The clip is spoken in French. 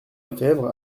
lefebvre